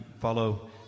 follow